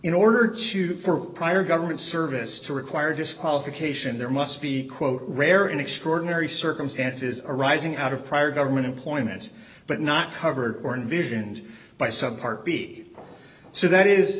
in order to for prior government service to require disqualification there must be quote rare in extraordinary circumstances arising out of prior government employment but not covered or in vision and by some part b so that is